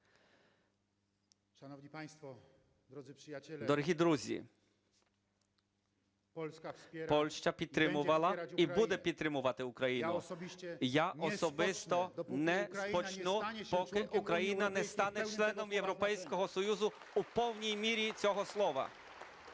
дорогі друзі, Польща підтримувала і буде підтримувати Україну. Я особисто не спочину, поки Україна не стане членом Європейського Союзу у повній мірі цього слова.